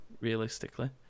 realistically